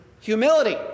humility